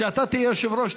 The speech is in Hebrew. כשאתה תהיה יושב-ראש,